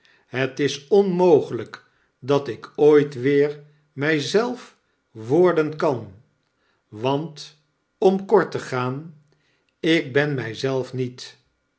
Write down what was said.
het is onmogelp dat ik ooit weer my zelf worden kan want om kort te gaan ik ben mtj zelf niet